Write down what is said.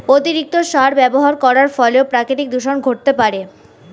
অতিরিক্ত সার ব্যবহার করার ফলেও প্রাকৃতিক দূষন ঘটতে পারে